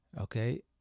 okay